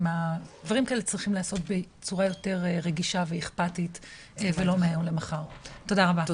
כי דברים כאלה צריכים להיעשות בצורה יותר רגישה ואכפתית ולא מהיום למחר.